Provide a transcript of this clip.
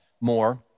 more